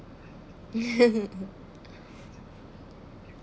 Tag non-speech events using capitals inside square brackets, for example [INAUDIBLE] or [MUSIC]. [LAUGHS]